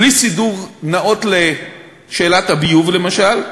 בלי סידור נאות לשאלת הביוב, למשל.